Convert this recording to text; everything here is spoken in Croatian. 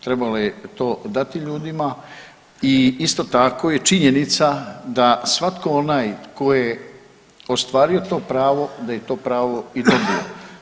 Trebalo je to dati ljudima i isto tako je činjenica da svatko onaj tko je ostvario to pravo da je to pravo i dobio.